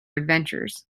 adventures